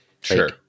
Sure